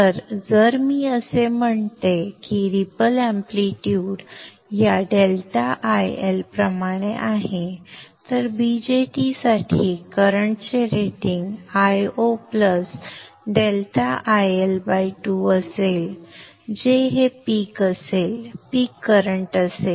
तर जर मी असे म्हणतो की रीपल एम्पलीट्यूड या ∆IL प्रमाणे आहे तर BJT साठी करंटचे रेटिंग Io ∆IL2 असेल जे हे पीक असेल जे पीक करंट असेल